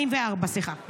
1944, סליחה.